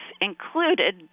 included